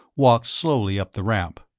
walked slowly up the ramp.